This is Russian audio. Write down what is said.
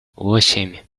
восемь